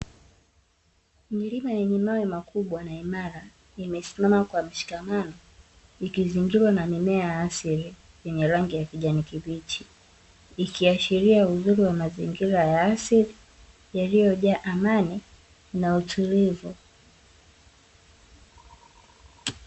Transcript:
Milima yenye mawe makubwa na imara imesimama kwa mshikamano ikizingirwa na mimea ya asili yenye rangi ya kijani kibichi, ikiashiria uzuri wa mazingira ya asili yaliyojaa amani na utulivu.